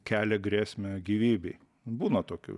kelia grėsmę gyvybei būna tokių